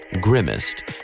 Grimmest